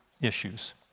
issues